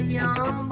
young